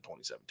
2017